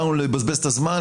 באנו לבזבז את הזמן,